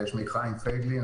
שמי חיים פייגלין,